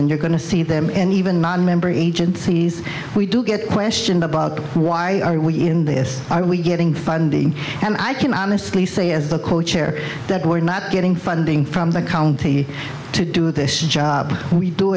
and you're going to see them and even nonmember agencies we do get questions about why are we in this are we getting funding and i can honestly say as the co chair that we're not getting funding from the county to do this job we do